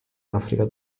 africa